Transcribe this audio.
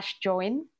join